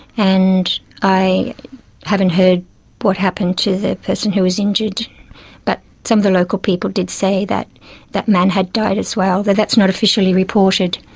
and i haven't heard what happened to the person who was injured but some of the local people did say that that man had died as well, though that's not officially reported,